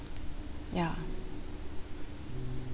ya